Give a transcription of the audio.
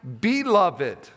beloved